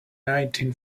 nineteen